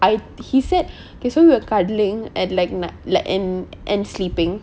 I he said okay so we're cuddling and like and and sleeping